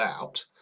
out